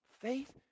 Faith